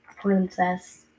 princess